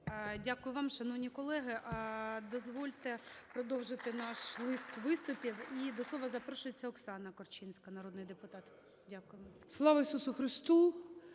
Дякую вам, шановні колеги. Дозвольте продовжити наш лист виступів. І до слова запрошується Оксана Корчинська народний депутат. Дякуємо. 12:36:13